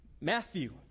Matthew